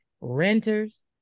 renters